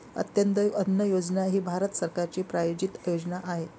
अंत्योदय अन्न योजना ही भारत सरकारची प्रायोजित योजना आहे